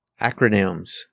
Acronyms